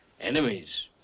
Enemies